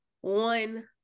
one